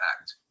act